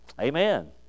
Amen